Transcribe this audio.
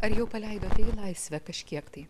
ar jau paleidote į laisvę kažkiek tai